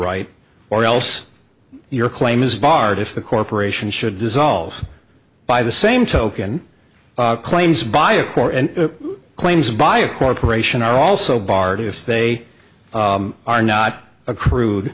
right or else your claim is barred if the corporation should dissolves by the same token claims by a court and claims by a corporation are also barred if they are not accru